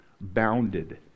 bounded